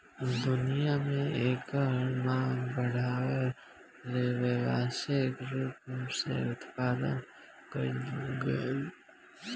दुनिया में एकर मांग बाढ़ला से व्यावसायिक रूप से उत्पदान कईल जाए लागल